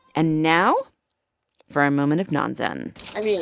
and now for our moment of non-zen i mean,